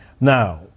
Now